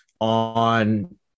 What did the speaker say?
on